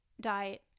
diet